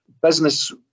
business